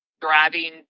driving